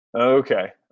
Okay